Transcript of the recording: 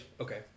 Okay